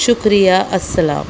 شکریہ السلام